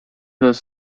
those